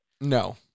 No